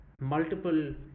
multiple